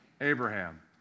Abraham